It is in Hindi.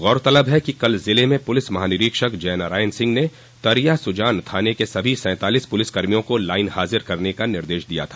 गौरतलब है कि कल जिले में पुलिस महानिरीक्षक जयनारायण सिंह ने तरया सुजान थाने के सभी सैतालीस पुलिसकर्मियों को लाईन हाजिर करने का निर्देश दिया था